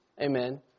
amen